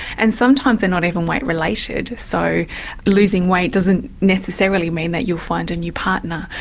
and sometimes they're not even weight related so losing weight doesn't necessarily mean that you'll find a new partner.